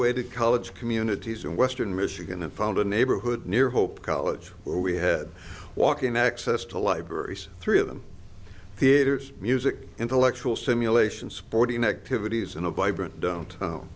added college communities in western michigan and found a neighborhood near hope college where we had walking access to libraries three of them theatres music intellectual stimulation sporting activities and oh by brant don't own